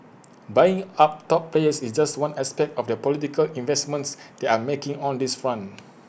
buying up top players is just one aspect of the political investments they are making on this front